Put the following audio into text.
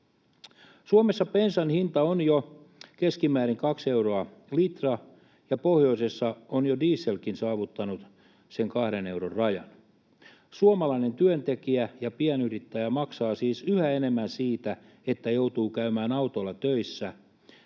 Suomessa bensan hinta on jo keskimäärin 2 euroa litra, ja pohjoisessa on jo dieselkin saavuttanut 2 euron rajan. Suomalainen työntekijä ja pienyrittäjä maksaa siis yhä enemmän siitä, että joutuu käymään autolla töissä.